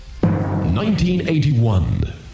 1981